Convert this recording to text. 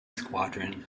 squadron